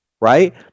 right